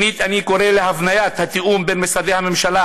שנית, אני קורא להבניית התיאום בין משרדי הממשלה,